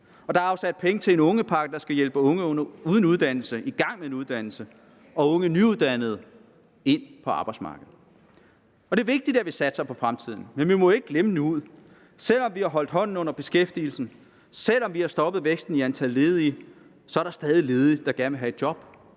Der er afsat penge til en ungepakke, der skal hjælpe unge uden uddannelse i gang med en uddannelse og unge nyuddannede ind på arbejdsmarkedet. Det er vigtigt, at vi satser på fremtiden, men vi må ikke glemme nuet. Selv om vi har holdt hånden under beskæftigelsen, selv om vi har stoppet væksten i antal ledige, er der stadig ledige, der gerne vil have et job